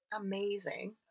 Amazing